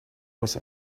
was